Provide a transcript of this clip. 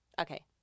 Okay